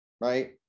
right